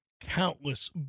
countless